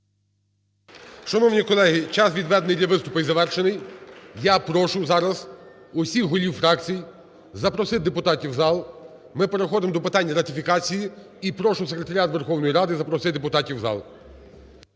Шановні колеги! Час, відведений для виступу, завершений. Я прошу зараз всіх голів фракцій запросити депутатів в зал, ми переходимо до питань ратифікації. І прошу секретаріат Верховної Ради запросити депутатів в зал.